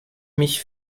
mich